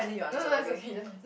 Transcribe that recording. no no is okay just